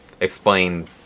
explain